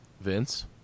Vince